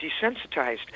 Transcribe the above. desensitized